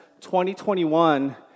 2021